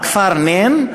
בכפר נין,